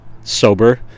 sober